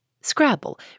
Scrabble